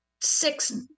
six